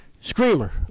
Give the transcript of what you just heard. Screamer